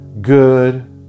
good